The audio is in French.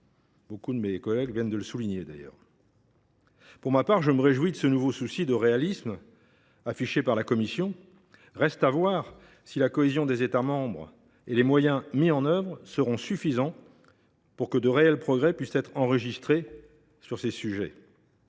nombre de mes collègues viennent de le souligner. Pour ma part, je me réjouis de ce nouveau souci de réalisme affiché par la Commission. Reste à voir si la cohésion des États membres et les moyens mis en œuvre seront suffisants pour que de réels progrès puissent être enregistrés sur tous ces sujets,